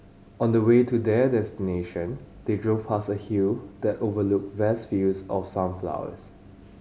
on the way to their destination they drove past a hill that overlooked vast fields of sunflowers